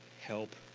help